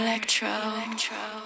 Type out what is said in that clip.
Electro